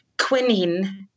quinine